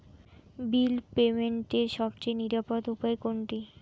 বিল পেমেন্টের সবচেয়ে নিরাপদ উপায় কোনটি?